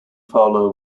fowler